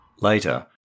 Later